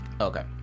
Okay